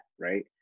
right